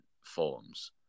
forms